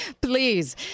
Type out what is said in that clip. Please